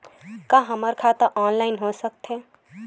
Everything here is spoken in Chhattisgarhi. का हमर खाता ऑनलाइन हो सकथे?